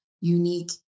unique